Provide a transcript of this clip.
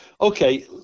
Okay